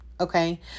Okay